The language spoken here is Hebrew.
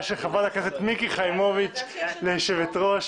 בחירתך ליושבת-ראש